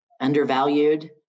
undervalued